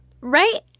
Right